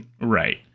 Right